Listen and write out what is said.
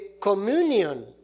communion